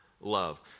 Love